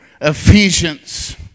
Ephesians